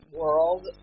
world